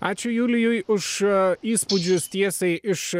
ačiū julijui už jo įspūdžius tiesiai iš